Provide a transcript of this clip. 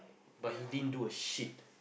but he din do a shit